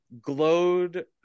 glowed